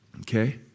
Okay